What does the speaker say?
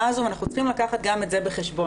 הזו ואנחנו צריכים לקחת גם את זה בחשבון.